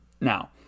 Now